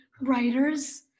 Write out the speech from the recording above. writers